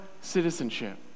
citizenship